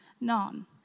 none